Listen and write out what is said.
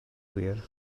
gwir